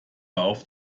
auf